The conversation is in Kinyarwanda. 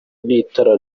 n’itara